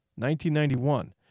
1991